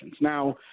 Now